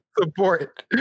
Support